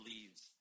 leaves